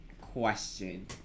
question